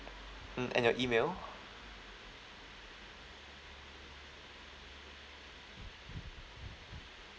mm and your email